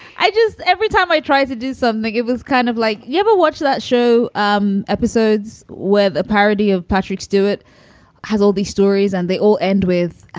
i just. every time i tried to do something, it was kind of like, you ever watch that show? um episodes with a parody of patrick stewart has all these stories and they all end with. ah